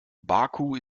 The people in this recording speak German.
baku